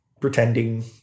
pretending